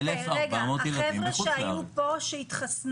לגבי אלה שהיו פה והתחסנו,